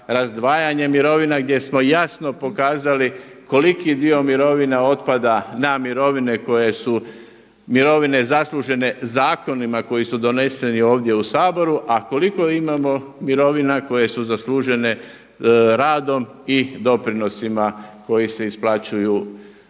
razdvajanje mirovina gdje smo jasno pokazali koliki dio mirovina otpada na mirovine koje su mirovine zaslužene zakonima koji su doneseni ovdje u Saboru a koliko imamo mirovina koje su zaslužene radom i doprinosima koji se isplaćuju i na